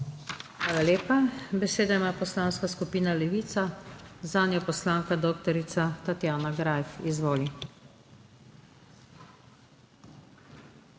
Hvala lepa. Besedo ima Poslanska skupina Levica, zanjo poslanka dr. Tatjana Greif. Izvoli.